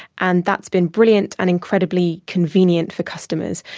and that's been brilliant and incredibly convenient for customers.